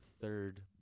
third